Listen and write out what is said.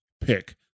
pick